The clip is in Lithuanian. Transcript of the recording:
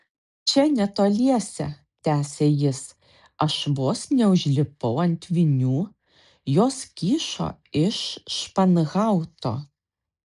čia netoliese tęsė jis aš vos neužlipau ant vinių jos kyšo iš španhauto